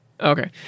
Okay